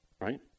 right